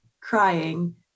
crying